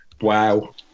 Wow